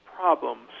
problems